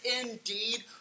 indeed